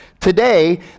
Today